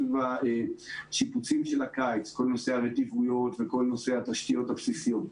סביב השיפוצים של הקיץ כל נושא הרטיבויות וכל נושא התשתיות הבסיסיות.